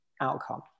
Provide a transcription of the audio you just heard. outcome